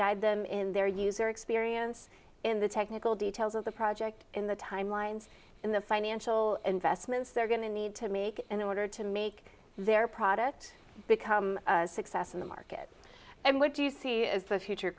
guide them in their user experience in the technical details of the project in the timelines and the financial investments they're going to need to make in order to make their product become a success in the market and what do you see as the future